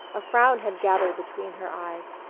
a frown had gathered between her eyes.